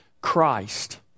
Christ